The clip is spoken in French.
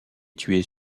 tués